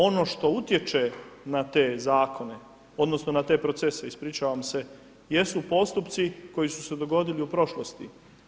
Ono što utječe na te zakone odnosno na te procese, ispričavam se, jesu postupci koji su se dogodili u prošlosti.